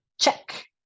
check